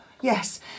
yes